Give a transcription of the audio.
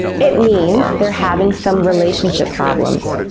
it means they're having some relationship problems.